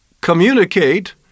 communicate